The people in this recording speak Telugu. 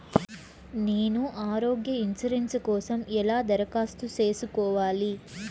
నేను ఆరోగ్య ఇన్సూరెన్సు కోసం ఎలా దరఖాస్తు సేసుకోవాలి